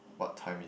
what timing